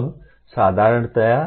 अब साधारणतया